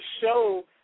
show